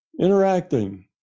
interacting